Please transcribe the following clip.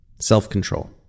self-control